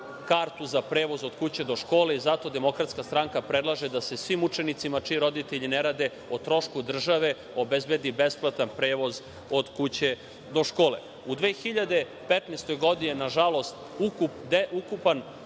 kartu za prevoz od kuće do škole i zato Demokratska stranka predlaže da se svim učenicima čiji roditelji ne rade o trošku države obezbedi besplatan prevoz od kuće do škole.U 2015. godini, nažalost, udeo